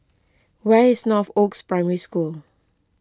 where is Northoaks Primary School